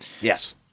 Yes